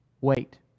wait